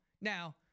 Now